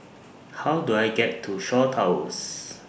How Do I get to Shaw Towers